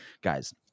guys